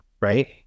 right